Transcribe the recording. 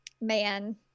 Man